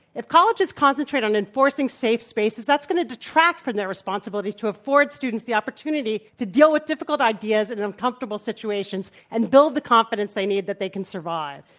if colleges concentrate on enforcing safe spaces, that's going to detract from their responsibility to afford students the opportunity to deal with difficult ideas and uncomfortable situations and build the confidence they need that they can survive.